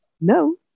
no